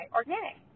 organic